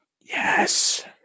Yes